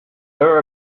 her